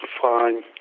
fine